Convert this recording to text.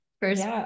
first